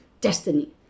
destiny